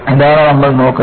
ഇതാണ് നമ്മൾ നോക്കുന്നത്